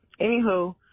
Anywho